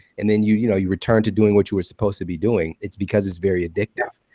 and then you you know you return to doing what you were supposed to be doing. it's because it's very addictive.